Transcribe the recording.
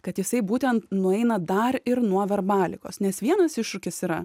kad jisai būtent nueina dar ir nuo verbalikos nes vienas iššūkis yra